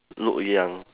look young